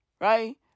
Right